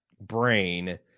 brain